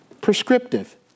prescriptive